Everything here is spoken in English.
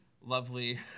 lovely